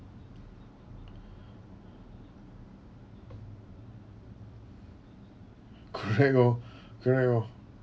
correct oh correct oh